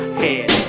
head